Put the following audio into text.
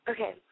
Okay